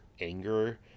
anger